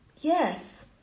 Yes